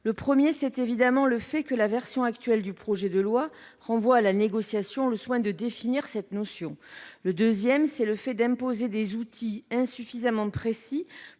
Le premier, c’est évidemment le fait que la version actuelle du projet de loi renvoie à la négociation le soin de définir cette notion. Le deuxième, c’est le fait d’imposer des outils insuffisamment précis